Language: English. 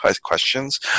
questions